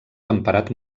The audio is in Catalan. temperat